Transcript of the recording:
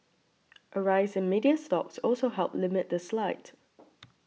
a rise in media stocks also helped limit the slide